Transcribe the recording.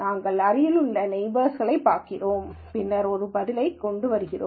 நாங்கள் அருகிலுள்ள நெய்பர்ஸ்களைப் பார்க்கப் போகிறோம் பின்னர் ஒரு பதிலைக் கொண்டு வருகிறோம்